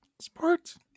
sports